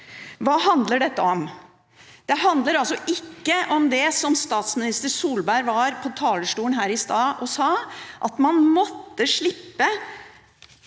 Hva handler dette om? Det handler altså ikke om det som statsminister Solberg var på talerstolen her i stad og sa, at man måtte slippe